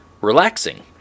relaxing